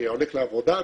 והולך לעבודה,